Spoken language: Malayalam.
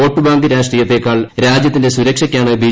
വോട്ടുബാങ്ക് രാഷ്ട്രീയത്തെക്കാൾ രാജ്യത്തിന്റെ സുരക്ഷയാണ് ബി